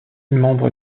membre